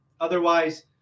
Otherwise